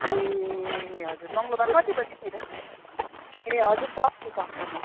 ए हजुर मङ्गलबार कति बजीतिर ए हजुर सक्छु सक्छु म